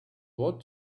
what